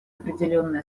определенные